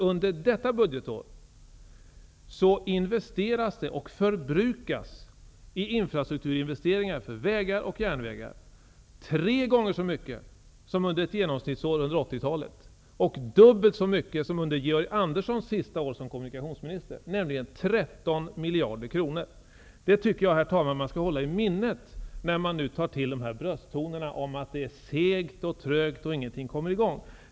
Under detta budgetår förbrukas i infrastrukturinvesteringar för vägar och järnvägar tre gånger så mycket som under ett genomsnittsår under 80-talet, och dubbelt så mycket som under Georg Anderssons sista år som kommunikationsminister, nämligen 13 miljarder kronor. Det tycker jag, herr talman, att man skall hålla i minnet när man nu tar till de här brösttonerna om att det är segt och trögt och att ingenting kommer i gång.